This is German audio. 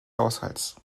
haushalts